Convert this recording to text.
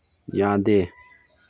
ꯌꯥꯗꯦ